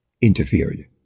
interfered